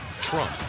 Trump